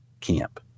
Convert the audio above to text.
camp